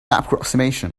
approximation